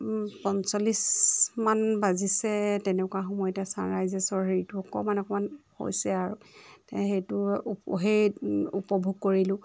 পঞ্চল্লিছ মান বাজিছে তেনেকুৱা সময়তে চান ৰাইজেছৰ হেৰিটো অকণমান অকণমান হৈছে আৰু তে সেইটো সেই উপভোগ কৰিলোঁ